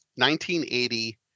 1980